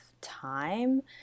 time